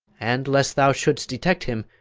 and, lest thou shouldst detect him,